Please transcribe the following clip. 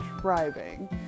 driving